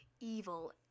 evil